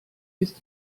ist